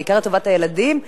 ובעיקר לטובת הילדים,